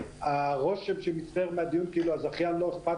הרושם שמצטייר מהדיון כאילו הזכיין לא אכפת